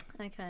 Okay